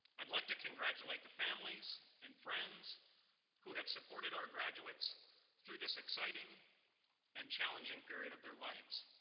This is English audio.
i'd like to congratulate the families and friends who have supported our graduates through this exciting and challenging period of their lives,